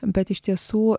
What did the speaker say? bet iš tiesų